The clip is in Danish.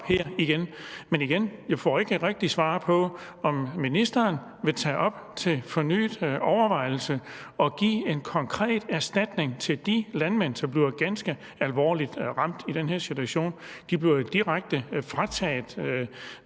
kommer op. Men igen: Jeg får ikke rigtig svar på, om ministeren vil tage op til fornyet overvejelse at give en konkret erstatning til de landmænd, som bliver ganske alvorligt ramt i den her situation. De bliver jo direkte frataget